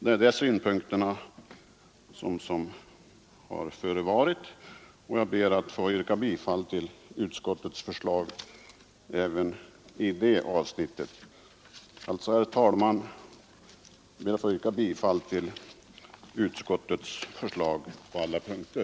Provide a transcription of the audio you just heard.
Dessa synpunkter har förts fram, och jag ber att få yrka bifall till utskottets förslag även i det här avsnittet. Herr talman! Jag ber att få yrka bifall till utskottets förslag på alla punkter.